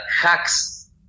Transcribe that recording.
hacks